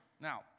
Now